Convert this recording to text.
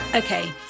Okay